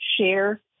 share